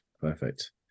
Perfect